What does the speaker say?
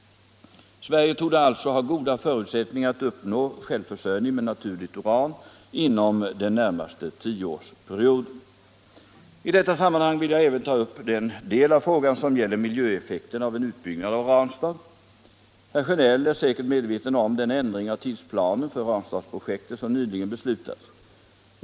Sverige torde alltså ha goda förutsättningar att uppnå självförsörjning med naturligt uran inom den närmaste tioårsperioden. I detta sammanhang vill jag även ta upp den del av frågan som gäller miljöeffekterna av en utbyggnad av Ranstad. Herr Sjönell är säkert medveten om den ändring av tidsplanen för Ranstadsprojektet som nyligen beslutats.